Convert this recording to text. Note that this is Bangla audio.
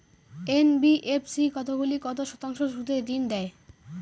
এন.বি.এফ.সি কতগুলি কত শতাংশ সুদে ঋন দেয়?